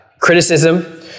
criticism